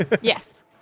Yes